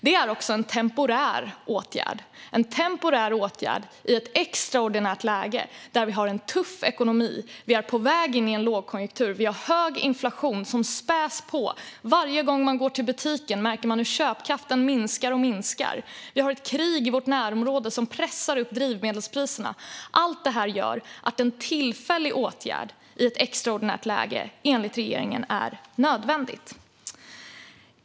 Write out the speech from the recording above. Det är också en temporär åtgärd i ett extraordinärt läge där vi har en tuff ekonomi och är på väg in i en lågkonjunktur. Vi har hög inflation som späs på. Varje gång man går till butiken märker man hur köpkraften minskar och minskar. Vi har ett krig i vårt närområde som pressar upp drivmedelspriserna. Allt detta gör att en tillfällig åtgärd i ett extraordinärt läge enligt regeringen är nödvändig.